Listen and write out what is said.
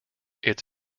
its